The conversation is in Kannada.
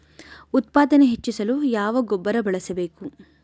ಉತ್ಪಾದನೆ ಹೆಚ್ಚಿಸಲು ಯಾವ ಗೊಬ್ಬರ ಬಳಸಬೇಕು?